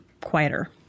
quieter